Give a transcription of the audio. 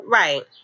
right